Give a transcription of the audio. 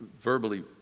verbally